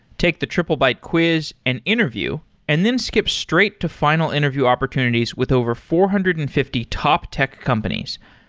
take the triplebyte quiz and interview and then skip straight to final interview opportunities with over four hundred and fifty top tech companies,